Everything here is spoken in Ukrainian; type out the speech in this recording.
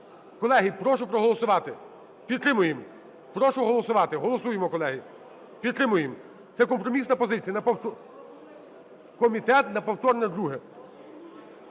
Колеги, прошу проголосувати. Підтримуємо. Прошу голосувати Голосуємо, колеги. Підтримуємо. Це компромісна позиція на повторне…